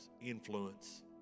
influence